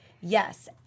yes